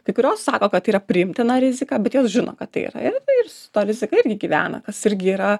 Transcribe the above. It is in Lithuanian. kai kurios sako kad tai yra priimtina rizika bet jos žino kad tai yra ir ir su ta rizika irgi gyvena kas irgi yra